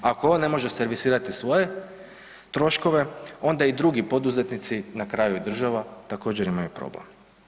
Ako on ne može servisirati svoje troškove onda i drugi poduzetnici, na kraju i država također imaju problem.